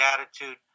attitude